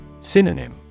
Synonym